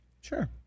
Sure